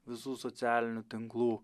visų socialinių tinklų